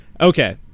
okay